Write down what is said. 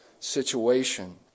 Situation